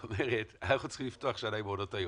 זאת אומרת אנחנו צריכים לפתוח שנה עם מעונות היום,